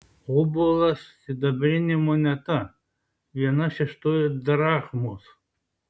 obolas sidabrinė moneta viena šeštoji drachmos